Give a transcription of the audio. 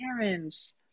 parents